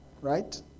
Right